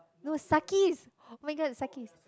no Suckies oh-my-god it's Suckies